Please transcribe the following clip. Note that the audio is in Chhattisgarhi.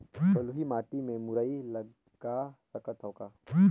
बलुही माटी मे मुरई लगा सकथव का?